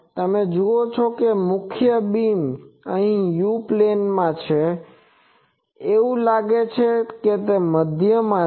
તમે જુઓ છો કે મુખ્ય બીમ અહીં U પ્લેનમાં છે એવું લાગે છે કે તે મધ્યમાં છે